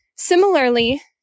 Similarly